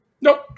nope